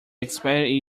expiry